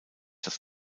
das